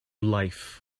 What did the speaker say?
life